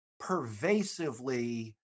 pervasively